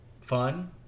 fun